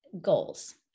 goals